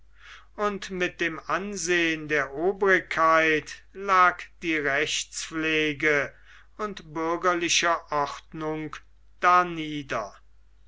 und mit dem ansehen der obrigkeit lag die rechtspflege und bürgerliche ordnung